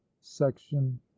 section